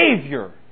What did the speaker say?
Savior